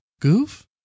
Goof